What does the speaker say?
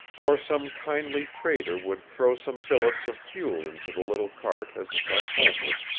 or some kindly trader would throw some billets of fuel into the little cart as it went homeward,